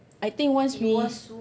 I think once we